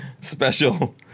Special